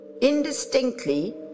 indistinctly